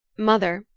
mother,